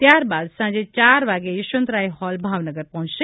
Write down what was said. ત્યારબાદ સાંજે ચાર વાગે યશવંતરાય હોલ ભાવનગર પહોંચશે